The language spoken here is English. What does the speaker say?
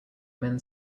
men